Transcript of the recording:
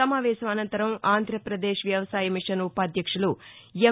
సమావేశం అనంతరం ఆంధ్రప్రదేశ్ వ్యవసాయ మిషన్ ఉపాధ్యక్షులు ఎం